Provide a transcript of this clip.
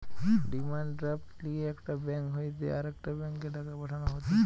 demand draft লিয়ে একটা bank হইতে আরেকটা ব্যাংকে টাকা পাঠানো হতিছে